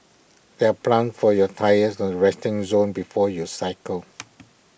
there are pumps for your tyres at the resting zone before you cycle